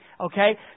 Okay